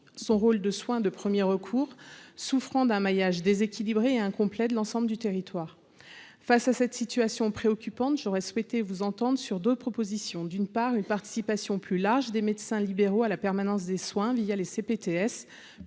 son rôle de soins de 1er recours souffrant d'un maillage déséquilibré un complet de l'ensemble du territoire face à cette situation préoccupante, j'aurais souhaité vous entende sur 2 propositions : d'une part une participation plus large des médecins libéraux à la permanence des soins via les ces